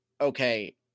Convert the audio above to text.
okay